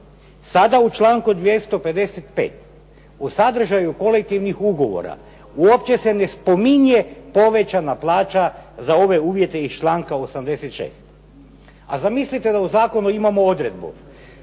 Sada u članku 255. u sadržaju kolektivnih ugovora uopće se ne spominje povećana plaća za ove uvjete iz članka 86. A zamislite da u Zakonu imamo odredbu